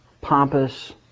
pompous